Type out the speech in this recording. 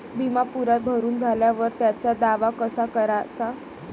बिमा पुरा भरून झाल्यावर त्याचा दावा कसा कराचा?